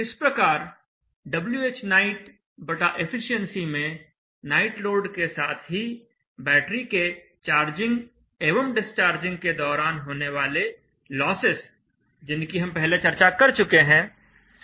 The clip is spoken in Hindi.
इस प्रकार Whnight बटा एफिशिएंसी में नाइट लोड के साथ ही बैटरी के चार्जिंग एवं डिस्चार्जिंग के दौरान होने वाले लॉसेस जिनकी हम पहले चर्चा कर चुके हैं सम्मिलित हैं